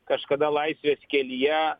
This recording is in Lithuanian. kažkada laisvės kelyje